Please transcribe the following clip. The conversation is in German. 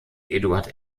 eduard